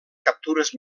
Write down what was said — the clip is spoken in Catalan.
captures